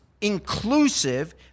inclusive